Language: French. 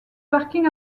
parkings